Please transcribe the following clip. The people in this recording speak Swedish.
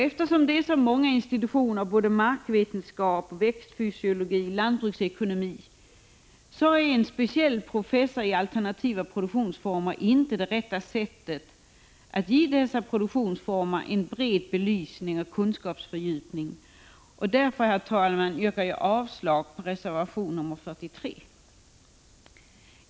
Eftersom det är så många institutioner — markvetenskap, växtfysiologi, lantbruksekonomi — är en speciell professur i alternativa produktionsformer inte det rätta sättet att ge dessa produktionsformer en bred belysning och åstadkomma en kunskapsfördjupning på detta område. Därför, herr talman, yrkar jag avslag på reservation 43.